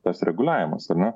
tas reguliavimas ar ne